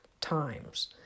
times